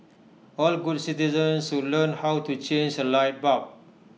all good citizens should learn how to change A light bulb